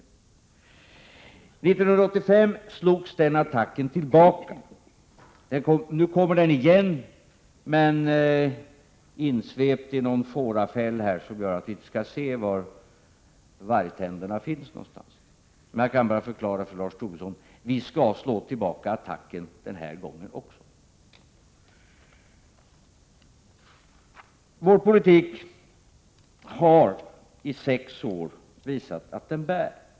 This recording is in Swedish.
År 1975 slogs den attacken tillbaka. Nu kommer den igen, men insvept i någon fårafäll för att vi inte skall se var vargtänderna finns någonstans. Men jag kan bara förklara för Lars Tobisson: Vi skall slå tillbaka attacken den här gången också. Vår politik har i sex år visat att den bär.